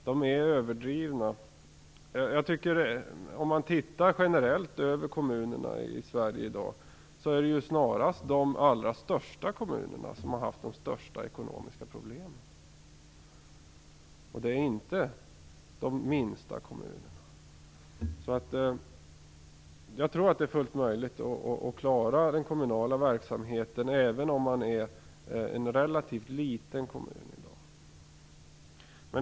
Jag tror att de farhågorna är överdrivna. Om man ser generellt på kommunerna i Sverige i dag är det snarast de allra största kommunerna som har haft de största ekonomiska problemen. Det är inte de minsta kommunerna. Jag tror att det är fullt möjligt att klara den kommunala verksamheten även i en relativt liten kommun.